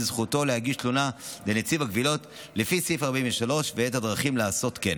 את זכותו להגיש תלונה לנציב הקבילות לפי סעיף 43 ואת הדרכים לעשות כן.